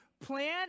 plan